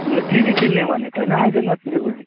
अन्त टिभी किन्ने भनेको होइन आइज न सिलगढी